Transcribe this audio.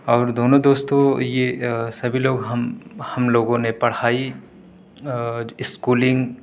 اور دونوں دوستوں یہ سبھی لوگ ہم ہم لوگوں نے پڑھائی اور اسکولنگ